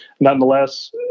nonetheless